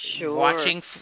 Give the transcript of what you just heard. watching